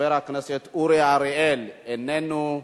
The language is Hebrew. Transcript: חבר הכנסת אורי אריאל, איננו,